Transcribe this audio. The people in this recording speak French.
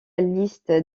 liste